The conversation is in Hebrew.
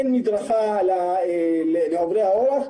אין מדרכה לעוברי האורח.